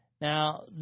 Now